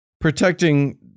protecting